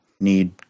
Need